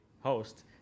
host